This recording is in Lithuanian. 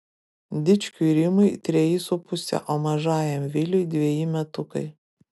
dičkiui rimui treji su puse o mažajam viliui dveji metukai